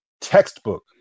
textbook